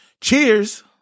Cheers